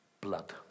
blood